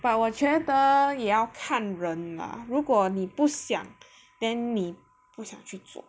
but 我觉得也要看人吗如果你不想 then 你不想去做